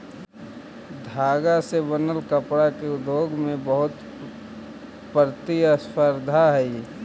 धागा से बनल कपडा के उद्योग में बहुत प्रतिस्पर्धा हई